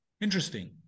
interesting